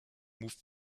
moved